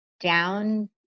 down